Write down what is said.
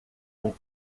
com